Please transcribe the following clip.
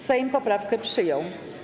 Sejm poprawkę przyjął.